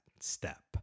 step